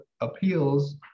appeals